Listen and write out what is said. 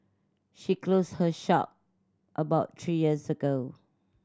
she closed her shop about three years ago